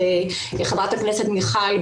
חברת הכנסת מיכל,